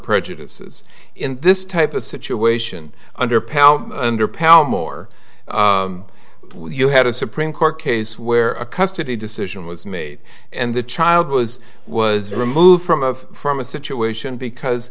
prejudices in this type of situation under power under palmore you had a supreme court case where a custody decision was made and the child was was removed from of from a situation because